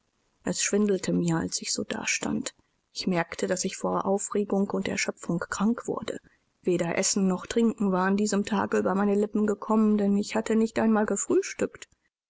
es schwindelte mir als ich so dastand ich merkte daß ich vor aufregung und erschöpfung krank wurde weder essen noch trinken war an diesem tage über meine lippen gekommen denn ich hatte nicht einmal gefrühstückt